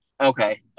Okay